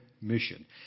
mission